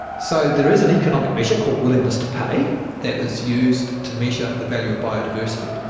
so there is an economic measure called willingness to pay that is used to measure the value of biodiversity.